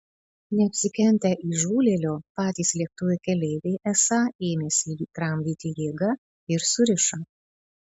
neapsikentę įžūlėlio patys lėktuvo keleiviai esą ėmėsi jį tramdyti jėga ir surišo